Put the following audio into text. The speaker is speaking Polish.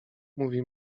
mówi